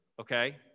okay